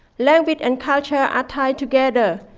language and culture are tied together.